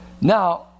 Now